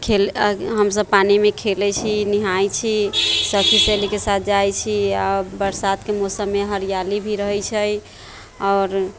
खेल हमसब पानी मे खेले छी निहाइ छी सखी सहेली के साथ जाइ छी आ बरसात के मौसम मे हरियाली भी रहै छै आओर